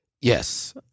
Yes